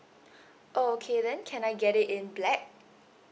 oh okay then can I get it in black